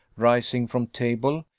rising from table,